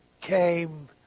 came